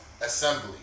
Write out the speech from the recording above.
Assembly